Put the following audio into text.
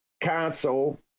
console